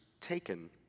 taken